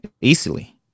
Easily